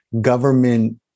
government